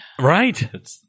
Right